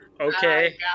Okay